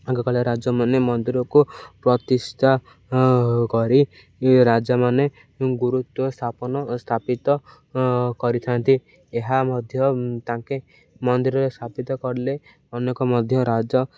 ଆଗକାଳ ରାଜାମାନେ ମନ୍ଦିରକୁ ପ୍ରତିଷ୍ଠା କରି ରାଜାମାନେ ଗୁରୁତ୍ୱ ସ୍ଥାପନ ସ୍ଥାପିତ କରିଥାନ୍ତି ଏହା ମଧ୍ୟ ତାଙ୍କେ ମନ୍ଦିରରେ ସ୍ଥାପିତ କରିଲେ ଅନେକ ମଧ୍ୟ ରାଜା